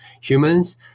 humans